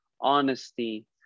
honesty